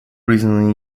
признаны